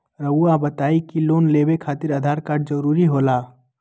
रौआ बताई की लोन लेवे खातिर आधार कार्ड जरूरी होला?